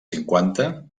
cinquanta